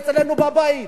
אצלנו בבית,